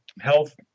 health